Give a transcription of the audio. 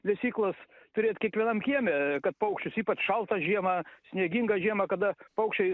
lesyklas turėt kiekvienam kieme kad paukščius ypač šaltą žiemą sniegingą žiemą kada paukščiai